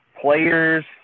players